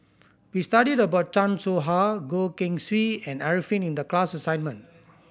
we studied about Chan Soh Ha Goh Keng Swee and Arifin in the class assignment